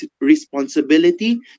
responsibility